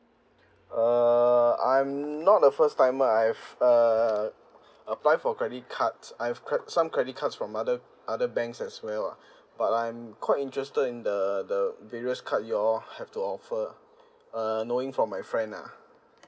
err I'm not a first timer I've err apply for credit cards I've quite some credit cards from other other banks as well lah but I'm quite interested in the the various cards you all have to offer uh knowing from my friend ah